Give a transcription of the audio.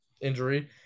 injury